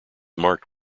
marked